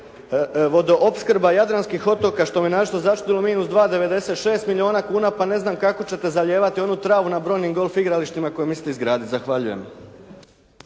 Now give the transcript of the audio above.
vodoopskrba jadranskih otoka, što me naročito začudilo, minus 2,96 milijuna kuna. Pa ne znam kako ćete zalijevati onu travu na brojnim golf igralištima koje mislite izgraditi. Zahvaljujem.